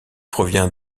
provient